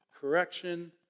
correction